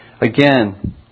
Again